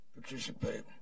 participate